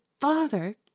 father